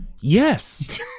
Yes